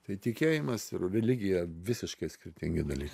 tai tikėjimas ir religija visiškai skirtingi dalykai